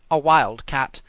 a wildcat,